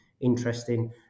interesting